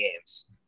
games